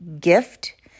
gift